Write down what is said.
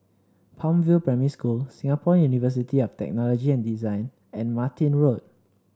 Palm View Primary School Singapore University of Technology and Design and Martin Road